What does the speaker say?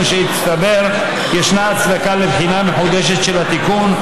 שהצטבר יש הצדקה לבחינה מחודשת של התיקון,